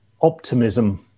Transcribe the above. optimism